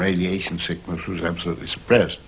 radiation sickness was absolutely suppressed